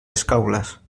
escaules